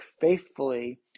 faithfully